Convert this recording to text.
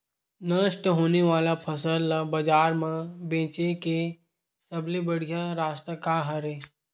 नष्ट होने वाला फसल ला बाजार मा बेचे के सबले बढ़िया रास्ता का हरे?